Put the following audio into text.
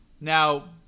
Now